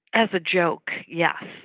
as a joke, yeah